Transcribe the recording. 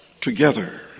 together